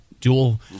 dual